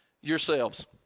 yourselves